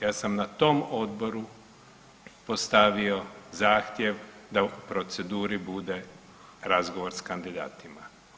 Ja sam na tom Odboru postavio zahtjev da u proceduri bude razgovor s kandidatima.